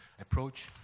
approach